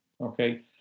Okay